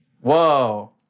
Whoa